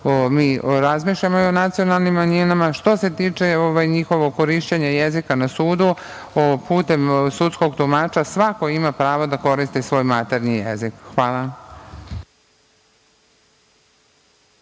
mi razmišljamo o nacionalnim manjinama. Što se tiče njihovog korišćenja jezika na sudu, ovog puta sudskog tumača, svako ima pravo da koristi svoj maternji jezik. Hvala.